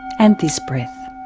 and this breath,